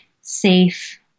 safe